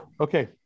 Okay